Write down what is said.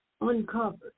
uncovered